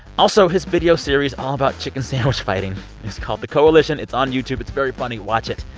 also, his video series all about chicken sandwich fighting is called the coalition. it's on youtube. it's very funny. watch it.